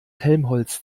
helmholtz